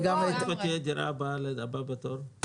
ואיך תהיה דירה לבא בתור?